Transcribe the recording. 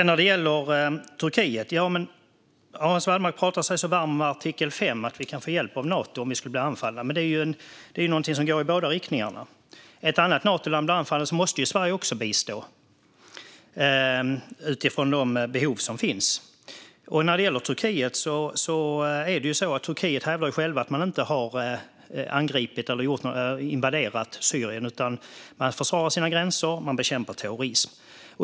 När det gäller Turkiet pratar Hans Wallmark sig varm för artikel 5 och att vi kan få hjälp av Nato om vi skulle bli anfallna, men det är ju något som går i båda riktningarna. Om ett annat Natoland blir anfallet måste också Sverige bistå utifrån de behov som finns. När det gäller Turkiet hävdar de ju själva att de inte har angripit eller invaderat Syrien utan att de försvarar sina gränser och bekämpar terrorism.